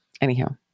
Anyhow